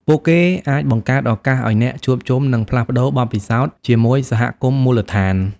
ពួកគេអាចបង្កើតឱកាសឲ្យអ្នក ជួបជុំ និងផ្លាស់ប្តូរបទពិសោធន៍ ជាមួយសហគមន៍មូលដ្ឋាន។